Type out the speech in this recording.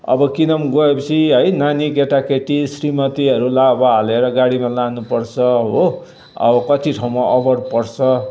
अब किन गए पछि है नानी केटाकेटी श्रीमतीहरूलाई अब हालेर गाडीमा लानु पर्छ हो अब कति ठाउँमा अभर पर्छ